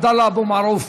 עבדאללה אבו מערוף,